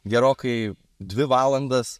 gerokai dvi valandas